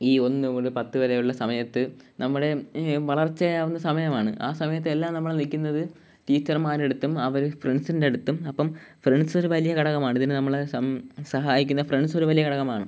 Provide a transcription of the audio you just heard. ഈ ഒന്ന് മുതൽ പത്ത് വരെയുള്ള സമയത്ത് നമ്മുടെ വളർച്ചയാവുന്ന സമയമാണ് ആ സമയത്തെല്ലാം നമ്മൾ നിൽക്കുന്നത് ടീച്ചർമാരുടെ അടുത്തും അവർ ഫ്രെണ്ട്സിൻ്റെ അടുത്തും അപ്പം ഫ്രെണ്ട്സ് ഒരു വലിയ ഘടകമാണ് ഇതിന് നമ്മളെ സഹായിക്കുന്ന ഫ്രെണ്ട്സ് ഒരു വലിയ ഘടകമാണ്